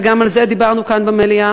וגם על זה דיברנו כאן במליאה.